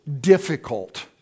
difficult